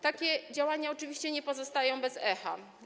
Takie działania oczywiście nie pozostają bez echa.